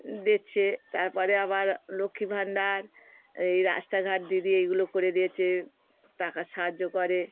দিচ্ছে তার পরে আবার লক্ষ্মী ভান্ডার এই রাস্তাঘাট দিদি এইগুলো করে দিয়েছে টাকার সাহায্য করে